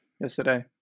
yesterday